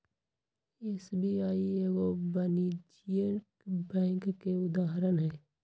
SBI एगो वाणिज्यिक bank के उदाहरण हइ